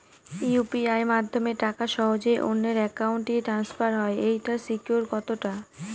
UPI মাধ্যমে টাকা সহজেই অন্যের অ্যাকাউন্ট ই ট্রান্সফার হয় এইটার সিকিউর কত টা?